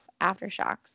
aftershocks